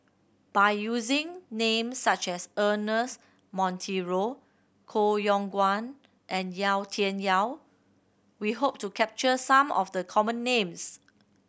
by using names such as Ernest Monteiro Koh Yong Guan and Yau Tian Yau we hope to capture some of the common names